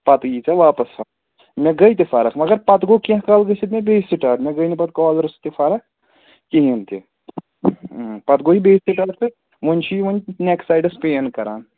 پَتہٕ یِی ژےٚ واپَس مےٚ گٔے تہٕ فرق مگر پَتہٕ گوٚو کیٚنٛہہ کال گٔژھِتھ مےٚ بیٚیہِ سِٹاٹ مےٚ گٔے نہٕ پَتہٕ کالرٕ سۭتۭۍ تہِ فرق کِہیٖنٛۍ تہِ پَتہٕ گوٚو یہِ بیٚیہِ سِٹاٹ تہٕ وۅنۍ چھِ یہِ وَۅنۍ نٮ۪ک سایڈَس پین کَران